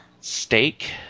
Steak